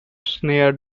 snare